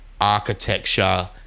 architecture